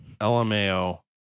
LMAO